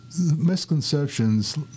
misconceptions